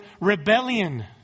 rebellion